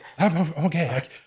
Okay